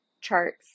charts